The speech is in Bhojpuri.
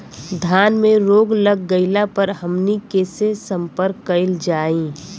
धान में रोग लग गईला पर हमनी के से संपर्क कईल जाई?